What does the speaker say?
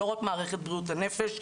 לא רק מערכת בריאות הנפש,